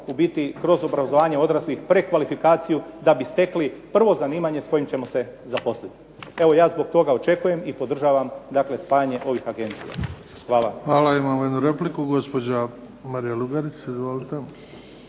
u biti kroz obrazovanje odraslih prekvalifikaciju da bi stekli prvo zanimanje s kojim ćemo se zaposliti. Evo, ja zbog toga očekujem i podržavam dakle spajanje ovih agencija. Hvala. **Bebić, Luka (HDZ)** Hvala. Imamo jednu repliku, gospođa Marija Lugarić. Izvolite.